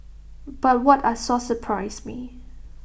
but what I saw surprised me